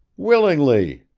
willingly,